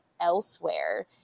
elsewhere